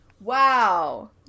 wow